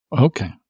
Okay